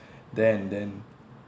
there and then